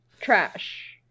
trash